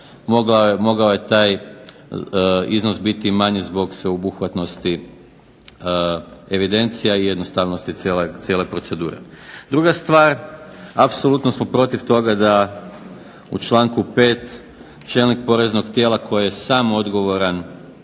Mogao je taj iznos biti i manji zbog sveobuhvatnosti evidencija i jednostavnosti cijele procedure. Druga stvar. Apsolutno smo protiv toga da u članku 5. čelnik poreznog tijela koji je sam odgovoran